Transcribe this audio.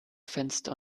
fenster